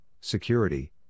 security